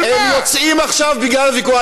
הם יוצאים עכשיו בגלל הוויכוח.